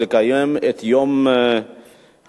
לקיים את יום העוני,